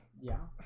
yeah,